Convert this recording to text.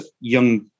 young